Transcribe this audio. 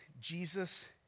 Jesus